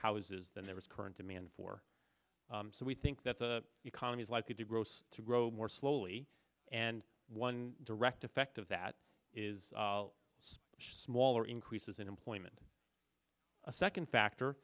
houses than there was current demand for so we think that the economy is likely to gross to grow more slowly and one direct effect of that is so much smaller increases in employment a second factor